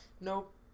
nope